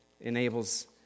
enables